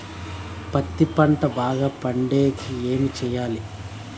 పత్తి పంట బాగా పండే కి ఏమి చెయ్యాలి?